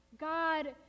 God